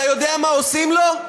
אתה יודע מה עושים לו?